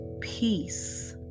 peace